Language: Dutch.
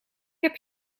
heb